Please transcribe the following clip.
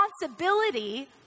responsibility